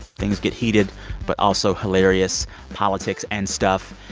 things get heated but also hilarious politics and stuff.